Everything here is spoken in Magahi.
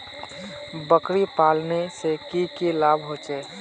बकरी पालने से की की लाभ होचे?